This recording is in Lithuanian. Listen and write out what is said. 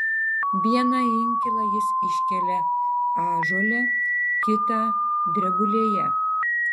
vieną inkilą jis iškelia ąžuole kitą drebulėje